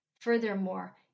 Furthermore